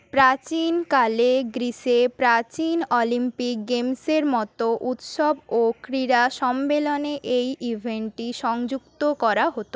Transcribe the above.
প্রাচীনকালে গ্রীসে প্রাচীন অলিম্পিক গেমসের মতো উৎসব ও ক্রীড়া সম্মেলনে এই ইভেন্টটি সংযুক্ত করা হত